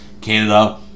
Canada